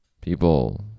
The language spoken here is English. people